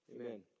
Amen